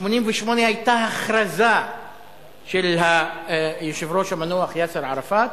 ב-1988 היתה הכרזה של היושב-ראש המנוח יאסר ערפאת